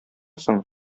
соң